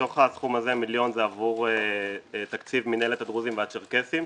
מתוך התחום הזה מיליון זה עבור תקציב מינהלת הדרוזים והצ'רקסים,